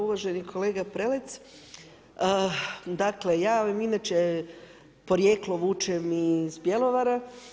Uvaženi kolega Prelec, dakle, ja vam inače porijeklo vučem iz Bjelovara.